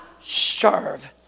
serve